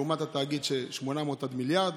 לעומת התאגיד, 800 עד מיליארד.